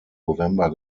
november